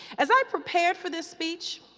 as i prepared for this speech,